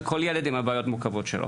ולכל ילד יש את הבעיות המורכבות שלו.